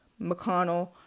McConnell